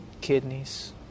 kidneys